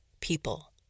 people